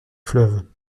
fleuve